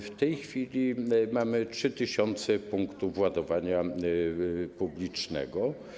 W tej chwili mamy 3 tys. punktów ładowania publicznego.